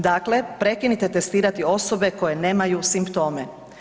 Dakle, prekinite testirati osobe koje nemaju simptome.